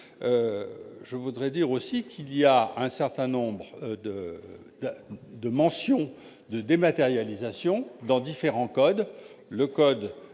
je voudrais dire aussi qu'il y a un certain nombre de de mention de dématérialisation dans différents codes